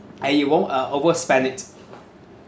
and you won't uh overspend it